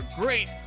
great